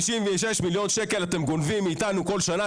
56,000,000 אתם גונבים מאיתנו כל שנה.